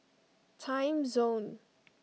timezone